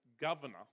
governor